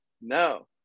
No